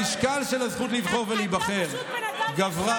המשקל של הזכות לבחור ולהיבחר גבר.